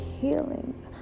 healing